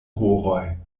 horoj